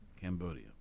Cambodia